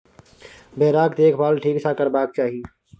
भेराक देखभाल ठीक सँ करबाक चाही